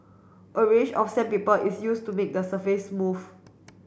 a range of sandpaper is used to make the surface smooth